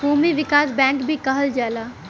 भूमि विकास बैंक भी कहल जाला